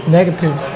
negative